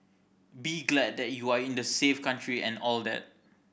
be glad that you are in a safe country and all that